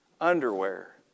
underwear